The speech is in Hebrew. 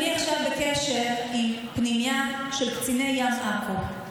אני עכשיו בקשר עם פנימייה של קציני ים עכו.